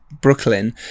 Brooklyn